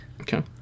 Okay